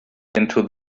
into